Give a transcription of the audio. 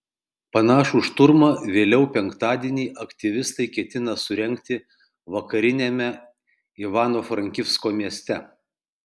panašų šturmą vėliau penktadienį aktyvistai ketina surengti vakariniame ivano frankivsko mieste